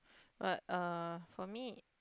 but uh for me